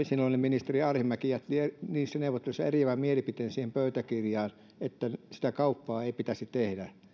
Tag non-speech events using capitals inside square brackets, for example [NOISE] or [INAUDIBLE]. [UNINTELLIGIBLE] silloinen ministeri arhinmäki jätti niissä neuvotteluissa eriävän mielipiteen siihen pöytäkirjaan että sitä kauppaa ei pitäisi tehdä